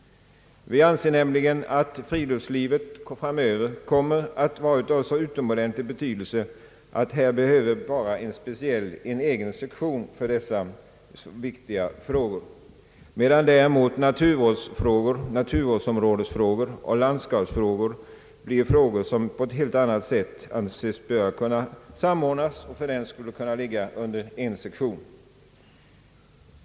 Vi anser nämligen att friluftslivet framöver kommer att vara av så utomordentlig betydelse att det behövs en speciell sektion för dessa viktiga frågor, medan däremot naturvårdsområdesfrågor och = landskapsfrågor på ett helt annat sätt bör kunna samordnas och därför kunna ligga under en sektion.